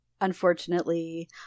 unfortunately